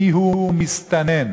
מיהו מסתנן?